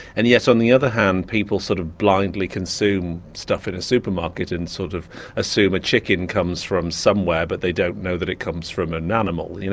and yet on the other hand, people sort of blindly consume stuff in a supermarket and sort of assume a chicken comes from somewhere but they don't know that it comes from an animal. you know